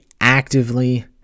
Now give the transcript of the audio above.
actively